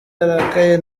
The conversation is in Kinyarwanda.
arakaye